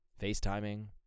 FaceTiming